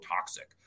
toxic